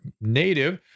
native